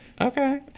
Okay